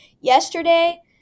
yesterday